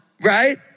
right